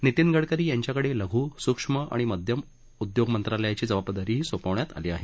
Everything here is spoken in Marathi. नितीन गडकरी यांच्याकडे लघु सूक्ष्म आणि मध्यम उद्योग मंत्रालयाची जबाबदारीही सोपवण्यात आली आहे